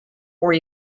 were